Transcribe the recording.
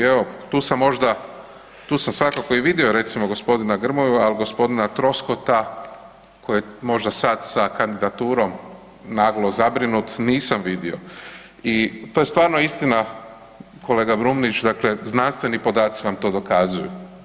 I evo tu sam možda, tu sam svakako i vidio recimo gospodina Grmoju, ali gospodina Troskota koji je možda sad sa kandidaturom naglo zabrinut nisam vidio i to je stvarno istina kolega Brumnić, dakle znanstveni podaci vam to dokazuju.